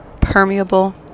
permeable